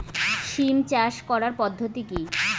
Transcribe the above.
সিম চাষ করার পদ্ধতি কী?